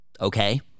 okay